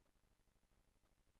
הכנסת,